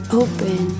open